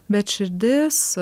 bet širdis